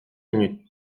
minutes